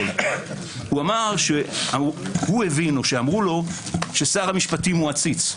הוא אמר שהוא הבין או שאמרו לו ששר המשפטים הוא עציץ.